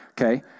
Okay